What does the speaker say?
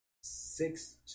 six